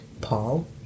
Paul